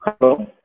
Hello